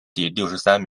第六十三